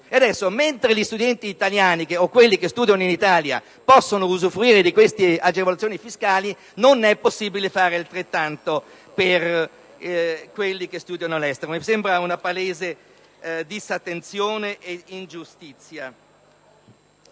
Ebbene, mentre gli studenti italiani o coloro che studiano in Italia possono usufruire di agevolazioni fiscali non è possibile fare altrettanto per coloro che studiano all'estero. Mi sembra una palese disattenzione, oltre che un'ingiustizia.